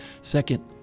Second